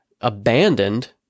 abandoned